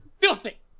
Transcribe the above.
Filthy